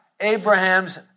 Abraham's